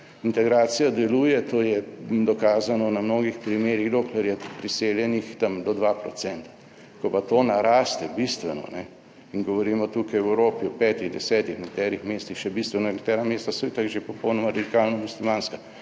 Integracija deluje, to je dokazano na mnogih primerih, dokler je priseljenih tam do 2 %. Ko pa to naraste bistveno in govorimo tukaj v Evropi v 5, 10 nekaterih mestih še bistveno, nekatera mesta so itak že popolnoma radikalno muslimanska,